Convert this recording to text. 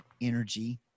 energy